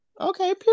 okay